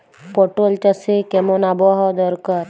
পটল চাষে কেমন আবহাওয়া দরকার?